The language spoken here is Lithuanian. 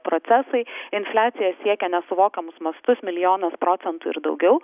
procesai infliacija siekia nesuvokiamus mastus milijonas procentų ir daugiau